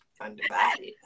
undivided